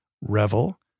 revel